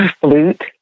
Flute